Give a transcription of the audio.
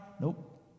Nope